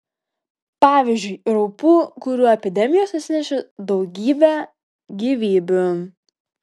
pavyzdžiui raupų kurių epidemijos nusinešė daugybę gyvybių